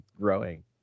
growing